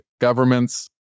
governments